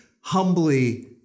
humbly